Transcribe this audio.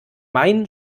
main